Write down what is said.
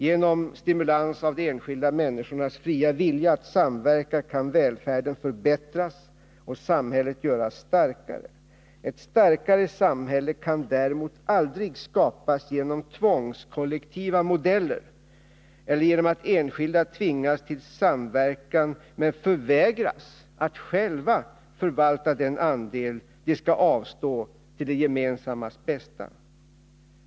Genom stimulans av de enskilda människornas fria vilja att samverka kan välfärden förbättras och samhället göras starkare. Ett starkt samhälle kan däremot aldrig skapas genom tvångskollektiva modeller eller genom att enskilda tvingas till samverkan, men förvägras att själva förvalta den andel de skall avstå till det gemensammas bästa.